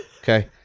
Okay